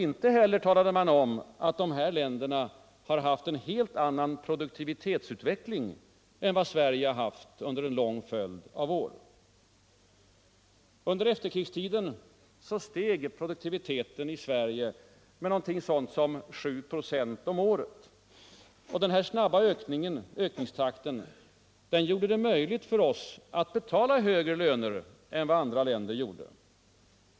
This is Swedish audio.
Inte heller talade man om att dessa länder haft en helt annan produktivitetsutveckling än vad Sverige har haft under en lång följd av år. Under efterkrigstiden steg produktiviteten i Sverige med 7 6 om året. Denna snabba ökningstakt gjorde det möjligt för oss att betala högre löner än vad andra länder gjorde.